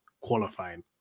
qualifying